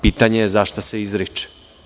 Pitanje je za šta se izriče.